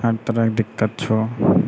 हर तरहके दिक्कत छौ